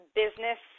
business